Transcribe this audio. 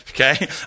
Okay